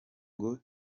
ngo